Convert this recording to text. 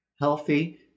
healthy